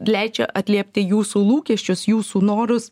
leidžia atliepti jūsų lūkesčius jūsų norus